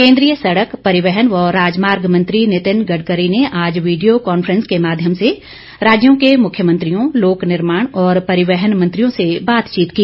केन्द्रीय सड़क परिवहन व राजमार्ग मंत्री नितिन गडकरी ने आज वीडियो कॉन्फ्रेंस के माध्यम से राज्यों के मुख्यमंत्रियों लोक निर्माण और परिवहन मंत्रियों से बातचीत की